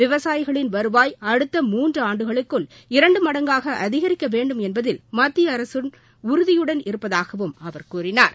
விவசாயிகளின் வருவாய் அடுத்த மூன்று ஆண்டுகளுக்குள் இரண்டு மடங்காக அதிகரிக்க வேண்டும் என்பதில் மத்திய அரசு உறுதியுடன் இருப்பதாகவும் அவர் கூறினார்